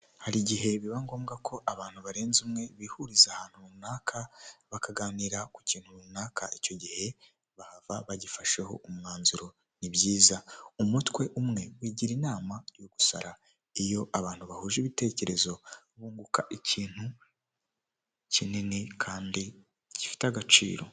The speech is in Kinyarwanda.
Tengamara na tiveya twongeye kubatengamaza, ishimwe kuri tiveya ryongeye gutangwa ni nyuma y'ubugenzuzi isuzuma n'ibikorwa byo kugaruza umusoro byakozwe dukomeje gusaba ibiyamu niba utariyandikisha kanda kannyeri maganainani urwego ukurikiza amabwiriza nibayandikishije zirikana fatire ya ibiyemu no kwandikisha nimero yawe ya telefone itanga n amakuru.